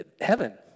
heaven